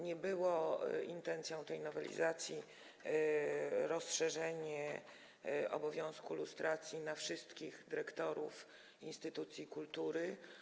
Nie było intencją twórców tej nowelizacji rozszerzenie obowiązku lustracji na wszystkich dyrektorów instytucji kultury.